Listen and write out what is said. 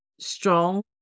strong